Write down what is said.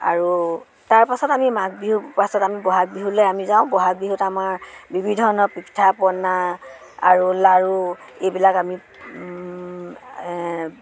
আৰু তাৰপাছত আমি মাঘ বিহুৰ পাছত আমি বহাগ বিহুলৈ আমি যাওঁ বহাগ বিহুত আমাৰ বিভিন্ন ধৰণৰ পিঠা পনা আৰু লাড়ু এইবিলাক আমি